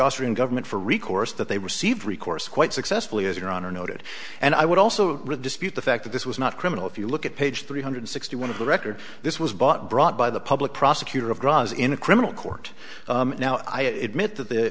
austrian government for recourse that they received recourse quite successfully as your honor noted and i would also reduce the fact that this was not criminal if you look at page three hundred sixty one of the record this was bought brought by the public prosecutor of drugs in a criminal court now i admit that the